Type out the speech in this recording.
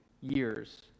years